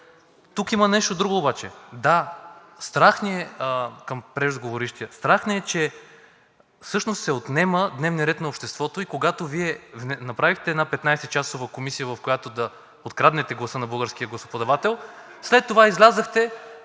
Тук има нещо друго обаче – към преждеговорившия, да, страх ни е, че всъщност се отнема дневният ред на обществото. И когато Вие направихте една 18-часова комисия, в която да откраднете гласа на българския гласоподавател, след това излязохте